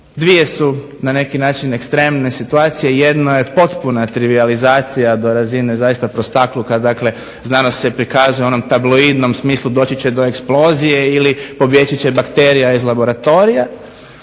Dvije su, na neki način ekstremne situacije. Jedna je potpuna trivijalizacija do razine zaista prostakluka. Dakle, znanost se prikazuje u onom tabloidnom smislu doći će do eksplozije ili pobjeći će bakterija iz laboratorija